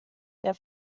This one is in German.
der